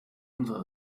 unserer